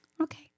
Okay